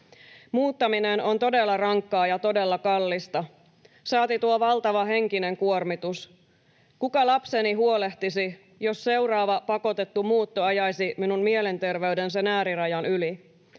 Muuttaminen on todella rankkaa ja todella kallista, saati tuo valtava henkinen kuormitus. Kuka lapseni huolehtisi, jos seuraava pakotettu muutto ajaisi minun mielenterveyteni sen äärirajan yli?